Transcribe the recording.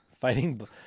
Fighting